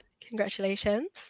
congratulations